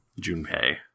Junpei